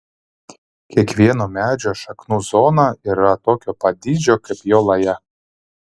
kiekvieno medžio šaknų zona yra tokio pat dydžio kaip jo laja